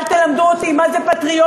אל תלמדו אותי מה זה פטריוטיות,